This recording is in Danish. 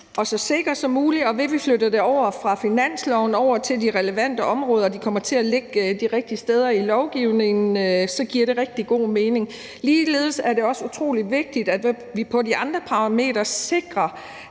og så sikker som muligt, og det, at vi flytter det fra finansloven over til de relevante områder og det kommer til at ligge de rigtige steder i lovgivningen, giver rigtig god mening. Ligeledes er det også utrolig vigtigt, at vi på de andre parametre sikrer,